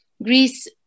Greece